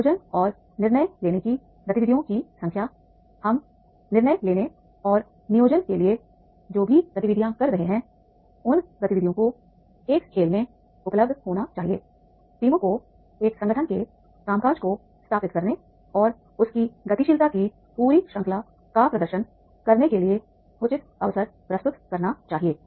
नियोजन और निर्णय लेने की गतिविधियों की संख्या अब हम निर्णय लेने और नियोजन के लिए जो भी गतिविधियाँ कर रहे हैं उन गतिविधियों को एक खेल में उपलब्ध होना चाहिएटीमों को एक संगठन के कामकाज को स्थापित करने और उसकी गतिशीलता की पूरी श्रृंखला का प्रदर्शन करने के लिए उचित अवसर प्रस्तुत करना चाहिए